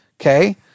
okay